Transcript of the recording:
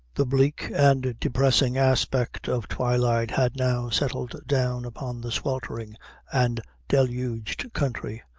the bleak and depressing aspect of twilight had now settled down upon the sweltering and deluged country,